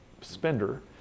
spender